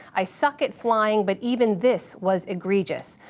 i suck at flying, but even this was egregious.